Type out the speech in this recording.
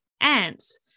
ants